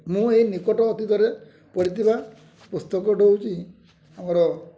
ମୁଁ ଏଇ ନିକଟ ଅତୀତରେ ପଢ଼ିଥିବା ପୁସ୍ତକଟି ହେଉଛି ଆମର